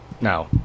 Now